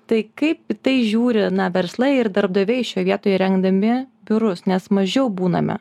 tai kaip į tai žiūri na verslai ir darbdaviai šioje vietoje įrengdami biurus nes mažiau būname